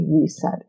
reset